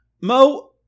Mo